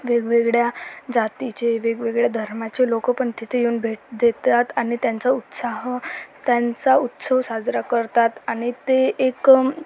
वेगवेगळ्या जातीचे वेगवेगळ्या धर्माचे लोक पण तिथे येऊन भेट देतात आणि त्यांचा उत्साह त्यांचा उत्सव साजरा करतात आणि ते एक